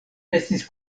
estis